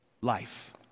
life